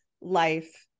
life